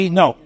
no